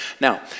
Now